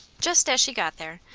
just as she got there,